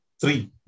three